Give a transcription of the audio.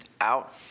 out